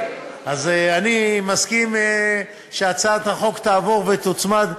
אז אני מסכים שהצעת החוק תעבור ותוצמד,